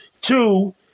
Two